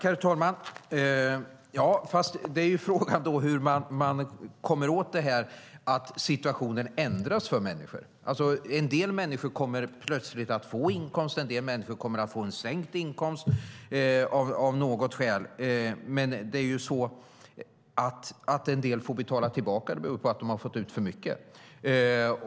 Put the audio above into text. Herr talman! Ja, fast då är ju frågan hur man kommer åt det här med att situationen ändras för människor. En del människor kommer plötsligt att få inkomst. En del människor kommer att få en sänkt inkomst av något skäl. Att en del får betala tillbaka beror på att de har fått ut för mycket.